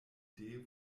idee